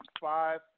five